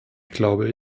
glaube